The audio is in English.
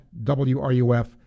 WRUF